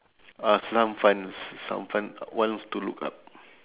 uh some fun some fun ones to look up